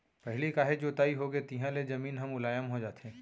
पहिली काहे जोताई होगे तिहाँ ले जमीन ह मुलायम हो जाथे